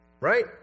Right